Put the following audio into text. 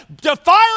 defiling